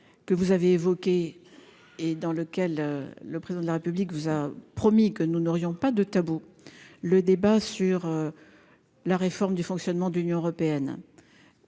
que vous avez évoqués et dans lequel le président de la République, vous a promis que nous n'aurions pas de tabou, le débat sur la réforme du fonctionnement d'Union européenne.